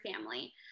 family